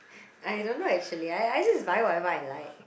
I don't know actually I I just buy whatever I like